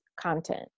content